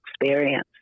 experience